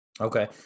Okay